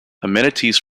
amenities